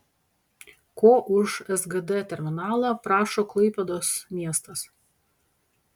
ko už sgd terminalą prašo klaipėdos miestas